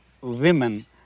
women